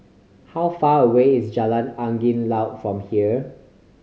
how far away is Jalan Angin Laut from here